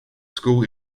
school